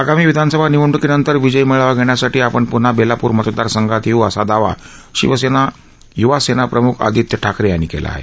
आगामी विधानसभा निवडणुकीनंतर विजयी मेळावा घेण्यासाठी आपण पृन्हा बेलापूर मतदारसंघात येऊ असा दावा शिवसेना यूवासेना प्रमूख आदित्य ठाकरे यांनी केला आहे